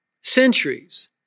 Centuries